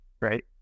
right